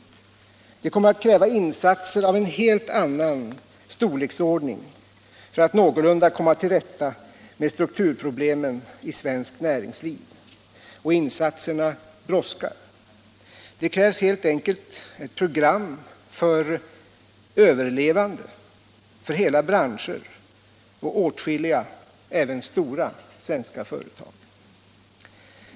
Det kommer att krävas insatser av en helt annan storlek för att vi någorlunda skall komma till rätta med strukturproblemen i svenskt näringsliv, och insatserna brådskar. Det krävs helt enkelt ett program för överlevande för hela branscher och åtskilliga även stora svenska företag.